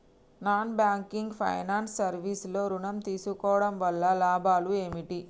Non banking finance service లో ఋణం తీసుకోవడం వల్ల లాభాలు ఏమిటి?